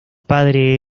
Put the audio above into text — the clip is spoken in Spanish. padre